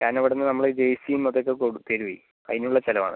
ഞാൻ ഇവിടെനിന്ന് നമ്മള ജേഴ്സിയും അതൊക്കെ തരുവേ അതിന് ഉള്ള ചിലവ് ആണ്